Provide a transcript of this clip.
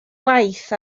waith